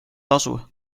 tasu